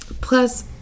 Plus